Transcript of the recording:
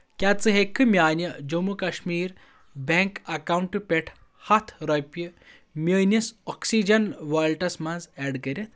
کیٛاہ ژٕ ہیٚککھہٕ میانہِ جٔموں کشمیٖر بیٚنٛک اکاونٹہٕ پٮ۪ٹھ ہَتھ رۄپیہٕ میٲنِس آکسِجن ویلیٹَس منٛز ایڈ کٔرِتھ